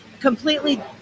completely